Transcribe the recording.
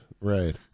right